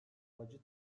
acı